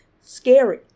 scary